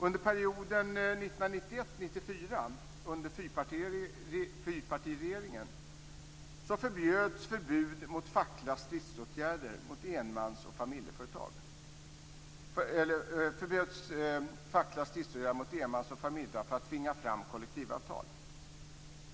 Under perioden 1991-1994, under fyrpartiregeringen, förbjöds fackliga stridsåtgärder mot enmans och familjeföretag för att tvinga fram kollektivavtal.